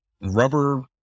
rubber